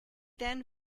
then